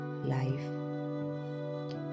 life